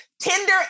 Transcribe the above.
Tinder